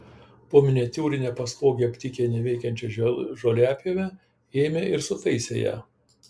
po miniatiūrine pastoge aptikę neveikiančią žoliapjovę ėmė ir sutaisė ją